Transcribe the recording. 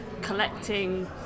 collecting